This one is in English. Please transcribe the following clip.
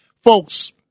Folks